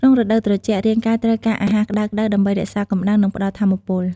ក្នុងរដូវត្រជាក់ រាងកាយត្រូវការអាហារក្តៅៗដើម្បីរក្សាកម្ដៅ និងផ្តល់ថាមពល។